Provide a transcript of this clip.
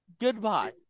Goodbye